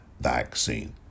vaccine